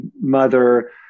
mother